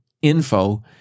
Info